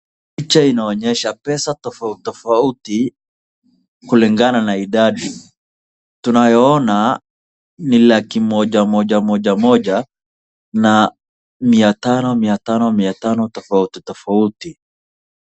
Picha inaonyesha pesa tofauti tofauti kulingana na idadi. Tunayoona ni laki moja moja moja moja moja na mita tano mia tano mia tano tofauti tofauti.